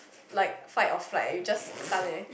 like fight or flight you just stun there